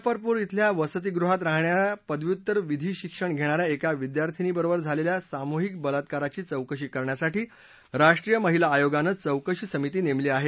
मुझफ्फरपूर इथल्या वस्तीगृहात राहणाऱ्या पदव्युत्तर विधी शिक्षण घेणाऱ्या एका विद्यार्थिनी बरोबर झालेल्या सामूहिक बलात्काराची चौकशी करण्यासाठी राष्ट्रीय महिला आयोगानं चौकशी समिती नेमली आहे